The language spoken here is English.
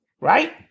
right